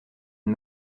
une